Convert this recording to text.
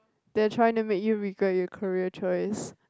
they are trying to make you regret your career choice